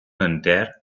enter